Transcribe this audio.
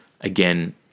again